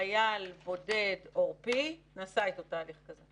חייל בודד עורפי, נעשה איתו תהליך כזה.